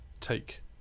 take